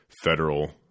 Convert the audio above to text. federal